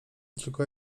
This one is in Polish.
tylko